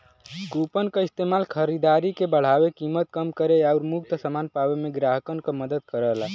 coupon क इस्तेमाल खरीदारी के बढ़ावे, कीमत कम करे आउर मुफ्त समान पावे में ग्राहकन क मदद करला